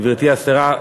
גברתי השרה,